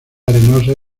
arenosas